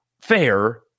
fair